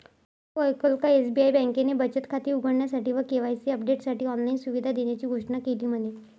तु ऐकल का? एस.बी.आई बँकेने बचत खाते उघडण्यासाठी व के.वाई.सी अपडेटसाठी ऑनलाइन सुविधा देण्याची घोषणा केली म्हने